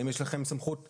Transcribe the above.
האם יש לכם סמכות להנחות?